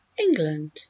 England